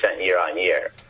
year-on-year